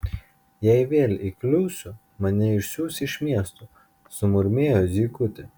jei vėl įkliūsiu mane išsiųs iš miesto sumurmėjo zykutė